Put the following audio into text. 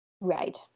Right